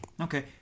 Okay